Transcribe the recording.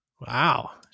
Wow